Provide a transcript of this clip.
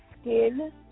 skin